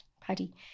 Paddy